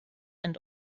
and